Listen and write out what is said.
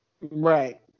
Right